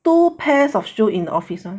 two pairs of shoe in office [one]